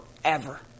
forever